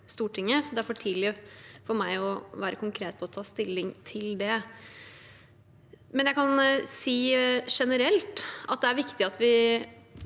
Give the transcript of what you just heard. Stortinget. Det er for tidlig for meg å være konkret og ta stilling til det, men jeg kan si generelt at det er viktig at vi